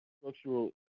structural